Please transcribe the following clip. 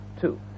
two